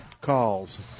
calls